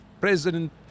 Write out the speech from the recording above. president